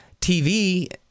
TV